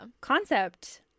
concept